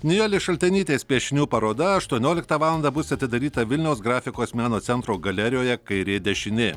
nijolės šaltenytės piešinių paroda aštuonioliktą valandą bus atidaryta vilniaus grafikos meno centro galerijoje kairė dešinė